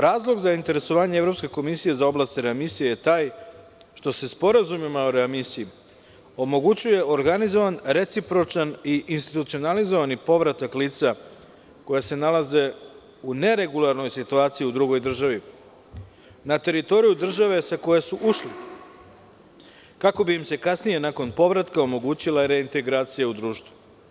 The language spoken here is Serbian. Razlog za interesovanje Evropske komisije za oblast readmisije je taj što se sporazumima o readmisiji omogućuje organizovan, recipročan i institucionalizovani povratak lica, koja se nalaze u neregularnoj situaciji u drugoj državi, na teritoriju države sa koje su ušli, kako bi im se kasnije, nakon povratka, omogućila reintegracija u društvu.